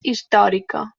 històrica